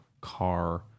car